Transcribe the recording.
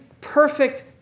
perfect